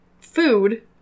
Food